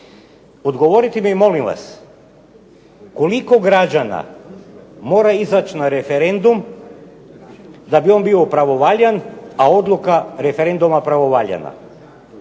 Odgovorite mi molim vas koliko građana mora izaći na referendum da bi on bio pravovaljan, a odluka referenduma pravovaljana.